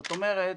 זאת אומרת,